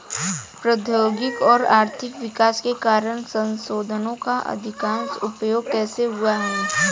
प्रौद्योगिक और आर्थिक विकास के कारण संसाधानों का अधिक उपभोग कैसे हुआ है?